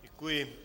Děkuji.